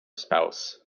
spouse